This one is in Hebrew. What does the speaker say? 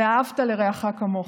"ואהבת לרעך כמוך".